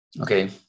Okay